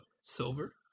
Silver